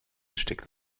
steckt